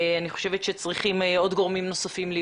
אני חושבת שסביב השולחן הזה צריכים עוד גורמים נוספים.